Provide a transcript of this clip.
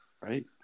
Right